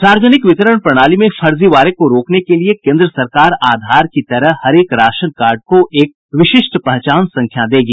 सार्वजनिक वितरण प्रणाली में फर्जीवाड़े को रोकने के लिए केन्द्र सरकार आधार की तरह हरेक राशन कार्ड को एक विशिष्ट पहचान संख्या देगी